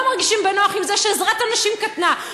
לא מרגישים בנוח עם זה שעזרת הנשים קטנה,